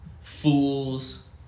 fool's